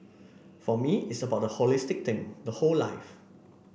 for me it's about the holistic thing the whole life